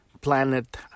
planet